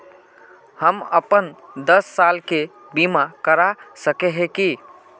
हम अपन दस साल के बीमा करा सके है की?